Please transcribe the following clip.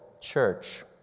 church